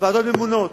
ועדות ממונות.